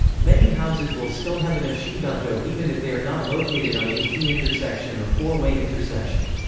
many houses will still have an ishiganto even if they are not located on a t-intersection or four-way intersection.